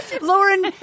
Lauren